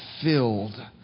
filled